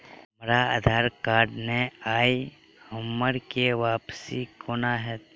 हमरा आधार कार्ड नै अई हम्मर के.वाई.सी कोना हैत?